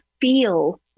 feel